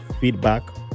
feedback